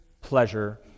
pleasure